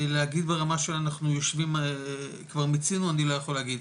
להגיד ברמה של אנחנו יושבים כבר מיצינו אני לא יכול להגיד,